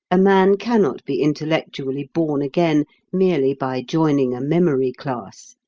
a man cannot be intellectually born again merely by joining a memory-class.